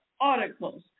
articles